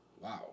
wow